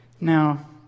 Now